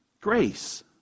Grace